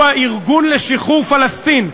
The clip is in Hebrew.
הוא הארגון לשחרור פלסטין,